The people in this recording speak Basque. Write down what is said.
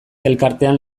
elkartean